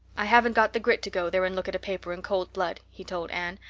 i haven't got the grit to go there and look at a paper in cold blood, he told anne.